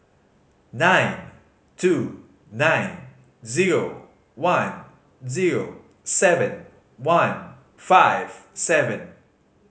nine two nine zero one zero seven one five seven